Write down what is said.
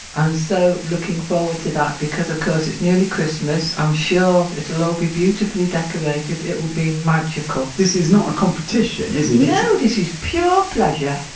i'm so looking forward to that because of course it's nearly christmas, i'm sure it'll all be beautifully decorated, it will be magical. this is not a competition is it? no, this is pure pleasure